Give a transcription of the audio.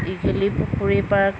Dighali Pukhuri park